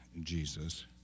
Jesus